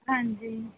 ਹਾਂਜੀ